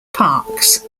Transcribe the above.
parks